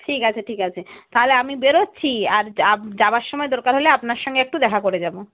ঠিক আছে ঠিক আছে তাহলে আমি বেরোচ্ছি আর যাবার সময় দরকার হলে আপনার সঙ্গে একটু দেখা করে যাব